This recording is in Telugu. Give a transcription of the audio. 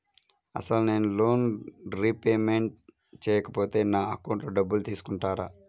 అసలు నేనూ లోన్ రిపేమెంట్ చేయకపోతే నా అకౌంట్లో డబ్బులు తీసుకుంటారా?